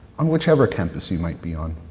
on whichever campus you might be on.